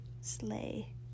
sleigh